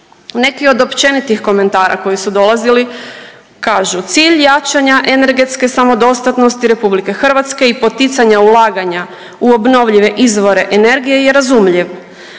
Neki od općenitih komentara koji su dolazili kažu: „Cilj jačanja energetske samodostatnosti Republike Hrvatske i poticanja ulaganja u obnovljive izvore energije je razumljiv,